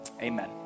amen